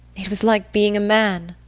it was like being a man.